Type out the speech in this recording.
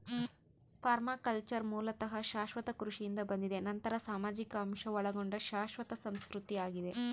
permaculture ಮೂಲತಃ ಶಾಶ್ವತ ಕೃಷಿಯಿಂದ ಬಂದಿದೆ ನಂತರ ಸಾಮಾಜಿಕ ಅಂಶ ಒಳಗೊಂಡ ಶಾಶ್ವತ ಸಂಸ್ಕೃತಿ ಆಗಿದೆ